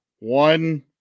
One